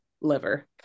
liver